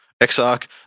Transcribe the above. Exarch